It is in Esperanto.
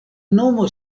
nomo